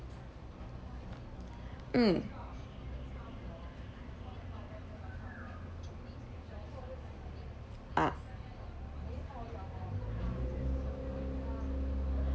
mm ah